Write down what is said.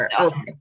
Okay